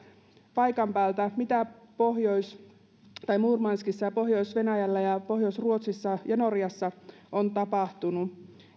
paikan päältä mitä murmanskissa pohjois venäjällä ja pohjois ruotsissa ja norjassa on tapahtunut